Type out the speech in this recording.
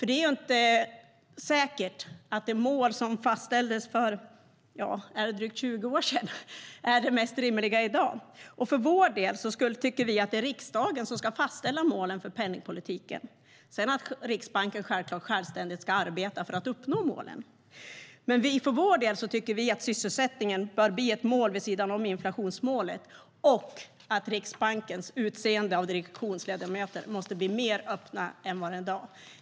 Det är inte säkert att det mål som fastställdes för drygt 20 år sedan är det mest rimliga i dag. Vi tycker att det är riksdagen som ska fastställa målen för penningpolitiken. Sedan ska Riksbanken självklart arbeta självständigt för att uppnå målen. Vi tycker att sysselsättningen bör bli ett mål vid sidan av inflationsmålet och att processen för hur Riksbanken utser ledamöter i direktionen måste bli mer öppen än i dag.